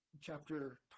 chapter